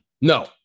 No